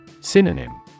Synonym